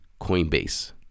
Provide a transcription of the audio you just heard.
Coinbase